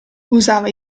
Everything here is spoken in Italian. usava